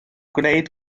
gwneud